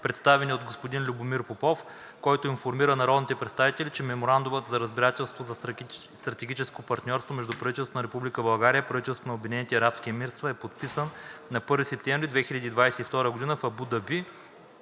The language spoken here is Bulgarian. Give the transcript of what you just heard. представени от господин Любомир Попов, който информира народните представители, че Меморандумът за разбирателство за стратегическо партньорство между правителството на Република България и правителството на Обединените арабски емирства е подписан на 1 септември 2022 г. в Абу Даби.